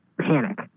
panic